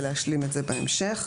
ולהשלים את זה בהמשך.